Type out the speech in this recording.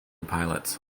pilots